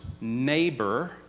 neighbor